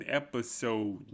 episode